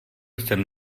jsem